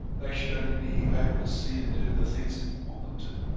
they should only be able to see and do the things that you want them to.